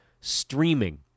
streaming